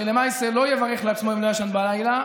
שלמעשה לא יברך לעצמו אם לא ישן בלילה,